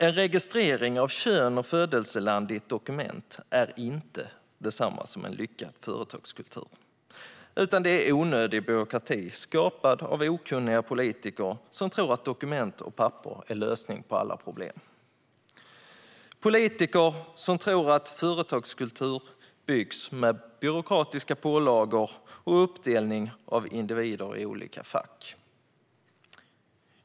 En registrering av kön och födelseland i ett dokument är inte detsamma som en lyckad företagskultur. I stället är det onödig byråkrati skapad av okunniga politiker som tror att dokument och papper är lösningen på alla problem. Det är politiker som tror att företagskultur byggs med hjälp av byråkratiska pålagor och uppdelning av individer i olika fack.